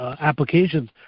applications